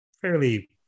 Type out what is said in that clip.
fairly